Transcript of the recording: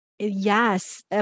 Yes